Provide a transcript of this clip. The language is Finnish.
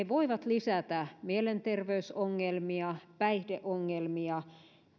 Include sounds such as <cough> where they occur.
<unintelligible> voivat lisätä mielenterveysongelmia ja päihdeongelmia